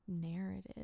narrative